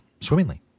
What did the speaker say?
swimmingly